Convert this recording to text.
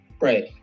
Right